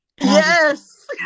yes